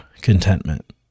contentment